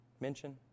mention